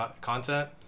content